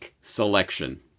selection